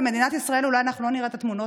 במדינת ישראל אולי אנחנו לא נראה את התמונות